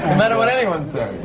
matter what anyone says!